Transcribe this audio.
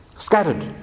Scattered